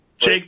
Jake